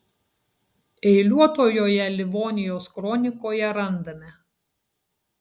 eiliuotojoje livonijos kronikoje randame